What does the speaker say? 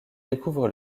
découvre